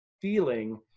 feeling